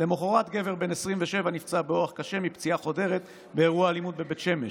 למוחרת גבר בן 27 נפצע קשה מפציעה חודרת באירוע אלימות בבית שמש,